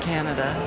Canada